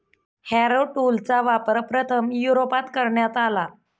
Harrow टूलचा वापर प्रथम युरोपात करण्यात आला